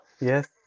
Yes